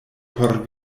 por